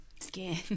Skin